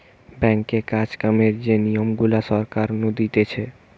ব্যাঙ্কে কাজ কামের যে নিয়ম গুলা সরকার নু দিতেছে